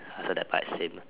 so that part is same